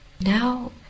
Now